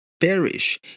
perish